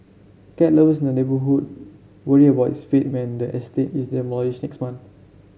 cat lovers in the neighbourhood worry about its fate when the estate is demolished next month